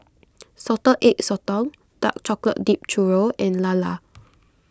Salted Egg Sotong Dark Chocolate Dipped Churro and Lala